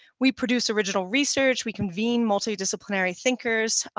we produce original research. we convene multidisciplinary thinkers,